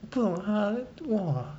不懂他 !wah!